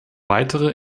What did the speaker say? weitere